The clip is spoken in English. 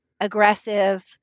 aggressive